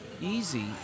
easy